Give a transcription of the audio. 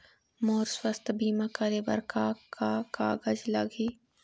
मोर स्वस्थ बीमा करे बर का का कागज लगही?